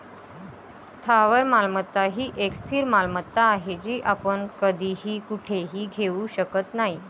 स्थावर मालमत्ता ही एक स्थिर मालमत्ता आहे, जी आपण कधीही कुठेही घेऊ शकत नाही